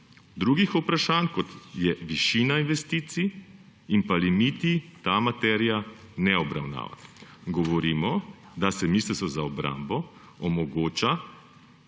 Drugih vprašanj, kot so višina investicij in pa limiti, ta materija ne obravnava. Govorimo, da se Ministrstvu za obrambo omogočajo